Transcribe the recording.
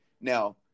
Now